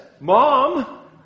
Mom